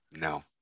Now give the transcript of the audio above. No